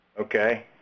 Okay